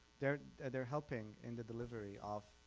they're they're helping in the delivery of